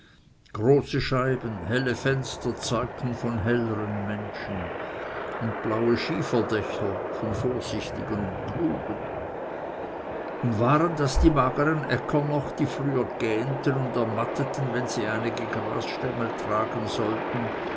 große scheiben helle fenster zeugten von helleren menschen und blaue schieferdächer von vorsichtigen und klugen und waren das die magern äcker noch die früher gähnten und ermatteten wenn sie einige grasstengel tragen sollten